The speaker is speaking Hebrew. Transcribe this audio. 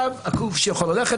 עכשיו הכושי יכול ללכת.